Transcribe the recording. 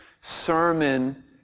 sermon